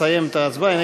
נסיים את ההצבעה.